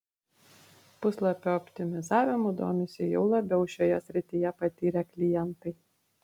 puslapio optimizavimu domisi jau labiau šioje srityje patyrę klientai